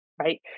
right